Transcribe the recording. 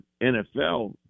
NFL